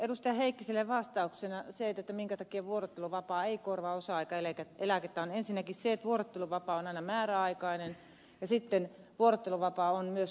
heikkiselle vastauksena minkä takia vuorotteluvapaa ei korvaa osa aikaeläkettä on ensinnäkin se että vuorotteluvapaa on aina määräaikainen ja sitten vuorotteluvapaa on myös kokopäiväinen